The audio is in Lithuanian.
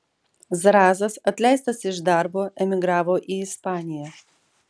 zrazas atleistas iš darbo emigravo į ispaniją